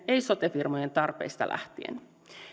ei sote firmojen tarpeista lähtien